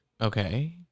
okay